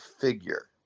figure